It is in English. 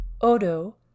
Odo